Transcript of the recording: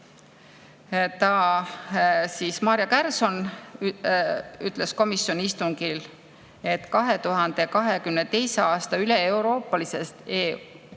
abi. Maarja Kärson ütles komisjoni istungil, et 2022. aasta üleeuroopalisest EU